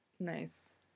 Nice